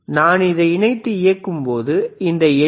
எனவே நான் அதை இணைத்து இயக்கும்போது இந்த எல்